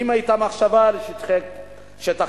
האם היתה מחשבה על שטח ירוק?